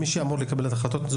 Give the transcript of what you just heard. הממשלה היא האמורה לקבל את ההחלטות.